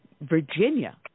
Virginia